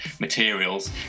materials